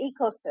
ecosystem